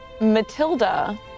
Matilda